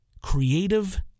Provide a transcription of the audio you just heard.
creative